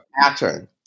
pattern